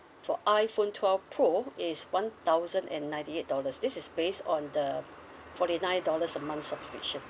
for iphone twelve pro it is one thousand and ninety eight dollars this is based on the forty nine dollars a month subscription